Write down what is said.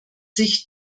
sich